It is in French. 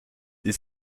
ils